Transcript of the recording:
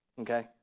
Okay